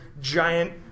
giant